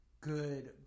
good